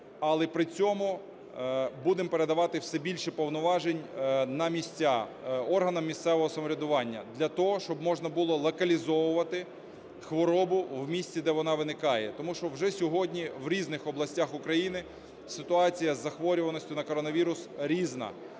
але при цьому будемо передавати все більше повноважень на місця органам місцевого самоврядування для того, щоб можна було локалізувати хворобу в місці, де вона виникає. Тому що вже сьогодні в різних областях України ситуація з захворюваністю на коронавірус різна,